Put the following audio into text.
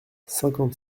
cinquante